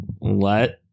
let